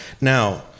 Now